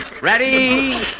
Ready